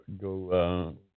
go